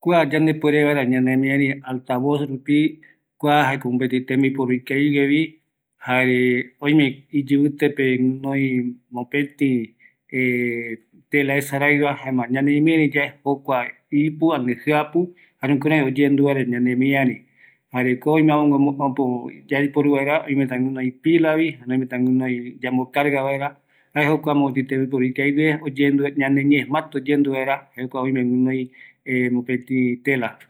﻿Kua yandepuere vaera ñanemiari alta voz rupi, kua jaeko mopeti tembiporu ikaviguevi jare oiome iyivitepe guinoi mopeti telaesaraiva, jaema ñanemiari yae jokua ipu ani jiapu jare jukurai oyendu vaera ñanemiari, jareko oime amöguë ¨äpo yaiporu vaera, oimeta guinoi pilavi jare oimeta guinoi yambo karga vaera jae jokua mopeti tembiporu ikavigue, oyendu vaera ñaneñe, mati oyendu vaera, jae kua oime guinoi mopeti tela